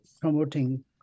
promoting